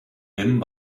him